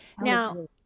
now